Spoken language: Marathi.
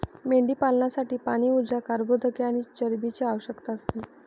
मेंढीपालनासाठी पाणी, ऊर्जा, कर्बोदके आणि चरबीची आवश्यकता असते